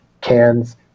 cans